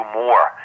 more